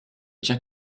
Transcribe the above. tient